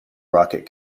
rocket